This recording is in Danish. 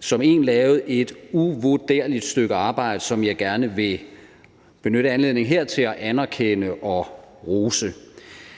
som en lavet et uvurderligt stykke arbejde, som jeg gerne vil benytte anledningen her til at anerkende og rose.